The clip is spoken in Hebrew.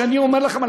שאני אומר לכם,